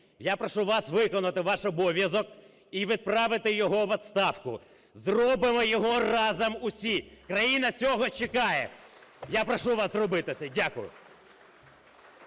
Я прошу вас виконати ваш обов'язок і відправити його у відставку. Зробимо його разом усі! Країна цього чекає. Я прошу вас зробити це. Дякую.